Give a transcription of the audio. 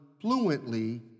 fluently